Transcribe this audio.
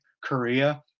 korea